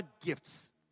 gifts